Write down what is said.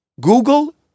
Google